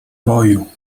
boju